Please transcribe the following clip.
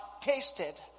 tasted